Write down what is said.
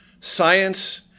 science